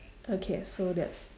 okay so that's